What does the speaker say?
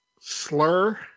slur